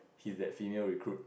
his that female recruit